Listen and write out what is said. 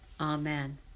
Amen